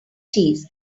cheese